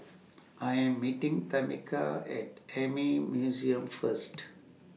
I Am meeting Tamica At Army Museum First